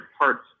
parts